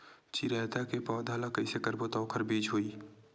चिरैता के पौधा ल कइसे करबो त ओखर बीज होई?